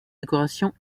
décorations